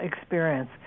experience